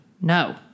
No